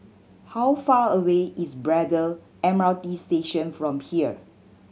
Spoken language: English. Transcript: how far away is Braddell M R T Station from here